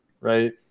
right